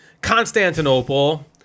Constantinople